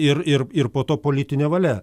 ir ir ir po to politinė valia